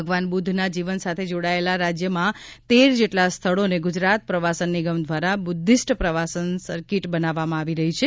ભગવાન બુદ્ધના જીવન સાથે જોડાયેલા રાજ્યમાં તેર જેટલા સ્થળોને ગ્રજરાત પ્રવાસન નિગમ દ્વારા બુદ્ધિસ્ટ પ્રવાસન સરકીટ બનાવવામાં આવી રહી છે